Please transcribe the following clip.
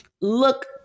look